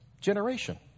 generation